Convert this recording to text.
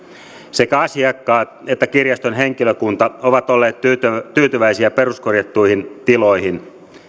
sekä asiakkaat että kirjaston henkilökunta ovat olleet tyytyväisiä peruskorjattuihin tiloihin